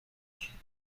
بشیم